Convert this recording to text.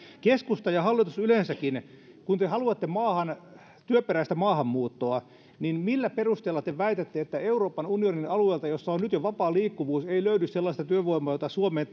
keskusta ja hallitus yleensäkin kun haluatte maahan työperäistä maahanmuuttoa niin millä perusteella te väitätte että euroopan unionin alueelta jossa on jo nyt vapaa liikkuvuus ei löydy sellaista työvoimaa jota suomeen